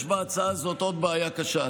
יש בהצעה הזאת עוד בעיה קשה.